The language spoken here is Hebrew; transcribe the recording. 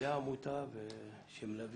לפעילי העמותה שמלווים.